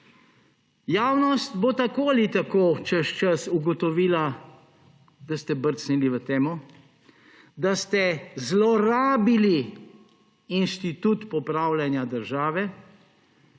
Javnost bo tako ali tako čez čas ugotovila, da ste brcnili v temo, da ste zlorabili institut popravljanja države